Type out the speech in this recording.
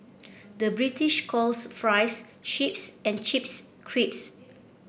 the British calls fries chips and chips crisps